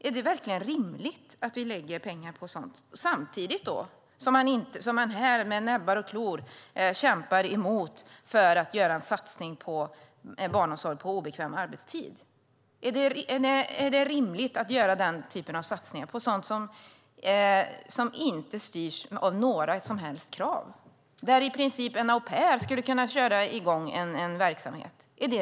Är det verkligen rimligt att vi lägger pengar på sådant, samtidigt som ni här med näbbar och klor kämpar emot att göra en satsning på barnomsorg på obekväm arbetstid? Är det rimligt att göra den typen av satsningar på sådant som inte styrs av några som helst krav, att i princip en au pair skulle kunna köra i gång en verksamhet?